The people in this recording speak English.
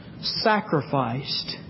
sacrificed